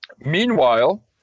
Meanwhile